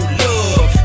love